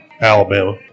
Alabama